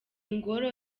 ngoro